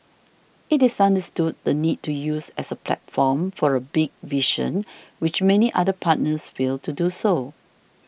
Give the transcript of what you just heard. it is understood the need to use as a platform for a big vision which many other partners fail to do so